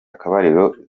akabariro